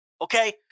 Okay